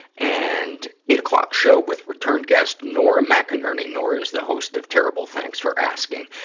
and, eight o'clock show with returned guest, nora mcinernery. nora is the host of terrible, thanks for asking.